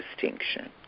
distinction